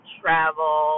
travel